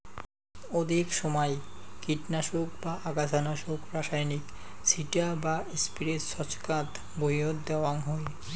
অধিক সমাই কীটনাশক বা আগাছানাশক রাসায়নিক ছিটা বা স্প্রে ছচকাত ভুঁইয়ত দ্যাওয়াং হই